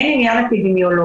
אין עניין אפידמיולוגי.